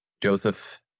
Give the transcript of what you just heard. Joseph